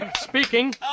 speaking